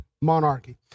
monarchy